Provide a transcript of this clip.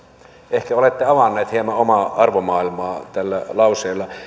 ehkä olette avanneet hieman omaa arvomaailmaanne tällä lauseella